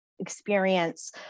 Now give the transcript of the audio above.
experience